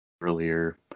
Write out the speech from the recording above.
earlier